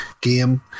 game